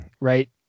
right